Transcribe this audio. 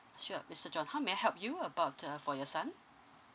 sure mister john how may I help you about uh for your son